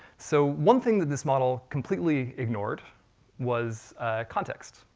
so one thing that this model completely ignored was context,